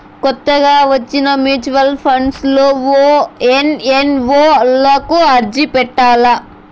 కొత్తగా వచ్చిన mutual funds లో ఓ ఎన్.ఎఫ్.ఓ లకు అర్జీ పెట్టల్ల